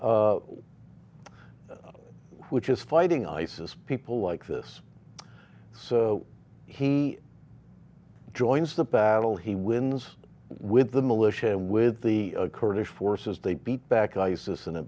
which is fighting isis people like this so he joins the battle he wins with the militia and with the kurdish forces they beat back isis in a